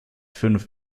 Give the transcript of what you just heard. fünf